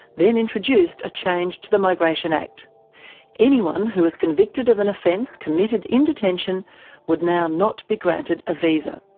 then introduced a change to the migration act anyone who was convicted of an offence committed in detention would now not be granted a visa.